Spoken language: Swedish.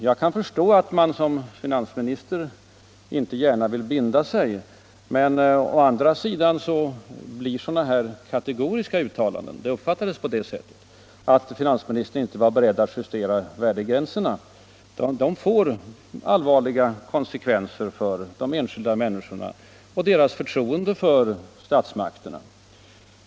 Jag kan förstå att man som finansminister inte gärna vill binda sig, men å andra sidan får sådana kategoriska uttalanden, nämligen att finansministern inte är beredd att justera värdegränserna — det uppfattades på det sättet — allvarliga konsekvenser för de enskilda människorna och för deras förtroende för statsmakterna.